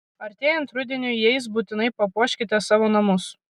artėjant rudeniui jais būtinai papuoškite savo namus